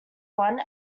one